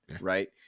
right